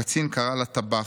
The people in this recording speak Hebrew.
הקצין קרא לטבח,